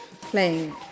playing